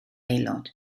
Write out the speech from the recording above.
aelod